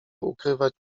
ukrywać